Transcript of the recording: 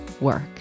work